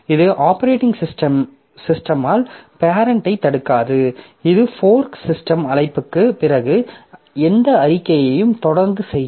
இது ஆப்பரேட்டிங் சிஸ்டமால் பேரெண்ட்டைத் தடுக்காது இது ஃபோர்க் சிஸ்டம் அழைப்புக்குப் பிறகு எந்த அறிக்கைகளையும் தொடர்ந்து செய்யும்